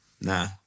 nah